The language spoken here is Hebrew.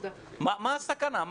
מה הסכנה?